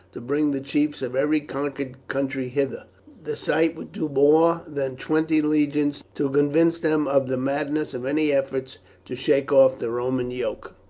to bring the chiefs of every conquered country hither the sight would do more than twenty legions to convince them of the madness of any efforts to shake off the roman yoke.